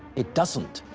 it doesn't.